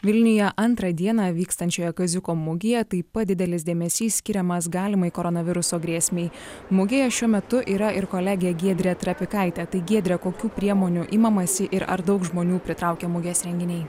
vilniuje antrą dieną vykstančioje kaziuko mugėje taip pat didelis dėmesys skiriamas galimai koronaviruso grėsmei mugėje šiuo metu yra ir kolegė giedrė trapikaitė tai giedre kokių priemonių imamasi ir ar daug žmonių pritraukia mugės renginiai